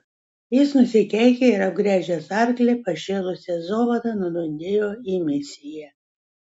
jis nusikeikė ir apgręžęs arklį pašėlusia zovada nudundėjo į misiją